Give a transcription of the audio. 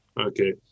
Okay